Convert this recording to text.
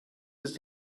ist